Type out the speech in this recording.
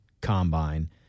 combine